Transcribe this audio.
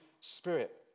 spirit